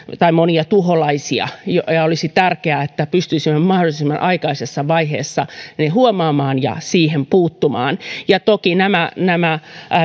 monia tuholaisia ja ja olisi tärkeää että pystyisimme mahdollisimman aikaisessa vaiheessa ne huomaamaan ja siihen puuttumaan ja toki näitä